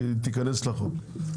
שתיכנס לחוק?